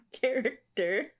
character